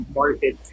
market